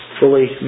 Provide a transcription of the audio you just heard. fully